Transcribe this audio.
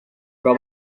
però